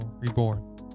reborn